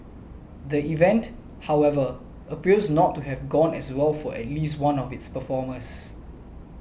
the event however appears to not have gone as well for at least one of its performers